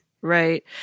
Right